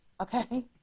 Okay